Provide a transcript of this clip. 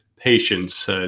patience